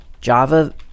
java